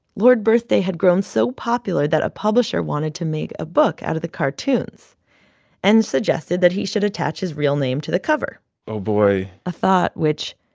lord birthday had grown so popular that a publisher wanted to make a book out of the cartoons and suggested that he should attach his real name to the cover oh, boy a thought which,